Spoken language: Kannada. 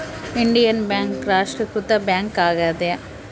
ಇಂಡಿಯನ್ ಬ್ಯಾಂಕ್ ರಾಷ್ಟ್ರೀಕೃತ ಬ್ಯಾಂಕ್ ಆಗ್ಯಾದ